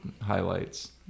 highlights